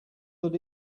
that